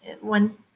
one